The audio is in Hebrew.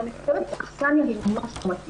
אבל אני חושבת שהאכסניה ממש לא מתאימה.